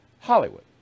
Hollywood